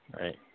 Right